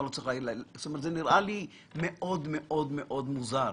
זה נראה לי מאוד מאוד מוזר.